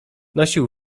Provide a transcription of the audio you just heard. nosił